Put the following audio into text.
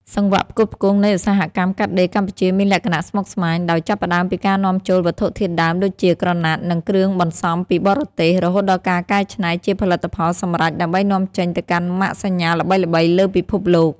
សង្វាក់ផ្គត់ផ្គង់នៃឧស្សាហកម្មកាត់ដេរកម្ពុជាមានលក្ខណៈស្មុគស្មាញ ដោយចាប់ផ្ដើមពីការនាំចូលវត្ថុធាតុដើមដូចជាក្រណាត់ និងគ្រឿងបន្សំពីបរទេស រហូតដល់ការកែច្នៃជាផលិតផលសម្រេចដើម្បីនាំចេញទៅកាន់ម៉ាកសញ្ញាល្បីៗលើពិភពលោក។